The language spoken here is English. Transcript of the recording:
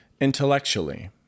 Intellectually